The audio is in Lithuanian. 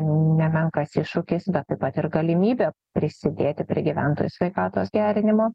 nemenkas iššūkis taip pat ir galimybė prisidėti prie gyventojų sveikatos gerinimo